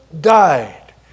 died